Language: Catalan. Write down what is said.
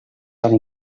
tan